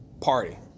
Party